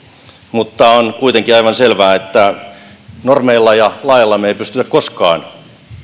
mutta on kuitenkin aivan selvää että normeilla ja laeilla me emme pysty koskaan